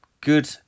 Good